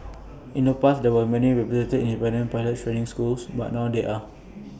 in the past there were many reputed independent pilot training schools but now there are